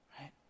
Right